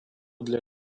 для